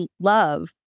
love